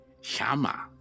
Shama